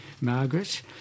Margaret